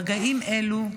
ברגעים אלו,